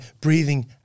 breathing